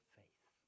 faith